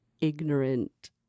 ignorant